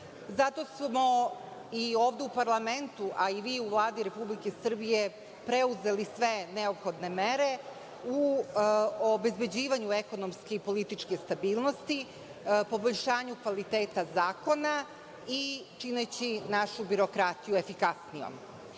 Zato smo i ovde u parlamentu, a i vi u Vladi RS preuzeli sve neophodne mere u obezbeđivanju ekonomske i političke stabilnosti, poboljšanju kvaliteta zakona i čineći našu birokratiju efikasnijom.S